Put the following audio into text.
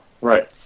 Right